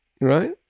right